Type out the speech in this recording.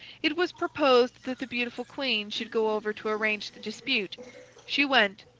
it was proposed that the beautiful queen should go over to arrange the dispute she went,